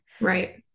Right